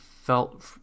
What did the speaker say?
felt